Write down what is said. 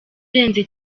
urenze